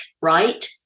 right